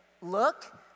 look